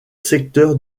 secteur